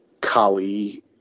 kali